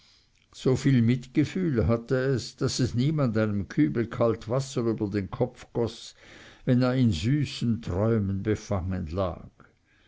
so viel mitgefühl hatte es daß es niemand einen kübel kalt wasser über den kopf goß wenn er in süßen träumen befangen